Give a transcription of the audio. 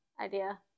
idea